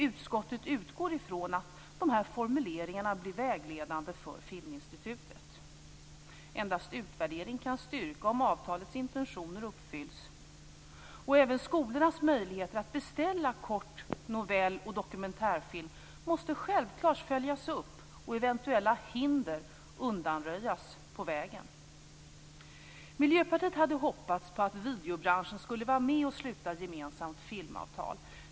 Utskottet utgår från att de här formuleringarna blir vägledande för Filminstitutet. Endast utvärdering kan styrka om avtalets intentioner uppfylls. Även skolornas möjligheter att beställa kort-, novell och dokumentärfilm måste självklart följas upp och eventuella hinder undanröjas på vägen. Miljöpartiet hade hoppats att videobranschen skulle vara med och sluta gemensamt filmavtal.